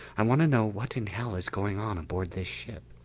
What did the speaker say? i want to know what in hell is going on aboard this ship.